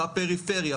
בפריפריה,